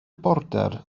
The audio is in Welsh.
border